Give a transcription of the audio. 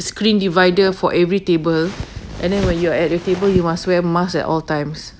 screen divider for every table and then when you're at your table you must wear mask at all times